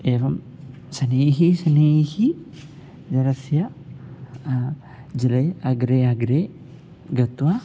एवं शनैः शनैः जलस्य जले अग्रे अग्रे गत्वा